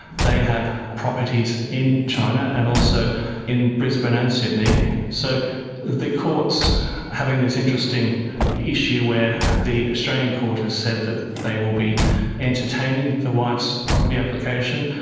they have properties in china, and also in brisbane and sydney. so the court's having this interesting issue where the australian court has said that they will be entertaining the wife's property application,